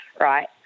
right